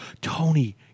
Tony